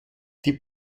die